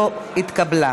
לא נתקבלה.